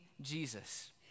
Jesus